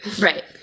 Right